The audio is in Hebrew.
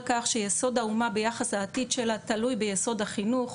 כך שיסוד האומה ביחס לעתיד שלה תלוי ביסוד החינוך,